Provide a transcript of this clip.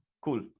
Cool